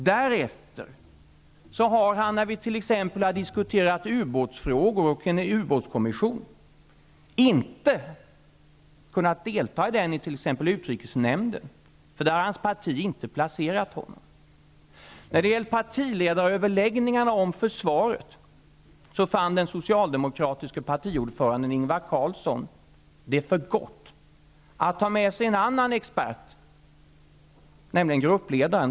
Därefter har han t.ex. när vi diskuterat ubåtsfrågor och en ubåtskommission inte kunnat delta i diskussionen i utrikesnämnden, för där har hans parti inte placerat honom. Vid partiledaröverläggningarna om försvaret fann den socialdemokratiska partiordföranden Ingvar Carlsson för gott att ta med sig en annan expert på dessa frågor, nämligen gruppledaren.